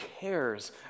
cares